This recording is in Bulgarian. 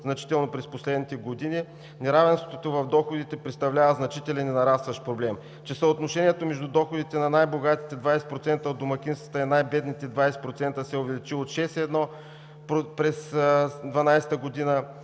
неравенството в доходите представлява значителен и нарастващ проблем, че съотношението между доходите на най-богатите 20% от домакинствата и най-бедните 20% се е увеличил от 6,1 през 2012 г.,